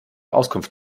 auskunft